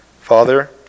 Father